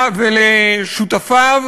ולשותפיו,